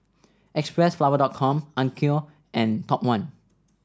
Xpressflower dot com Onkyo and Top One